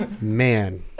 Man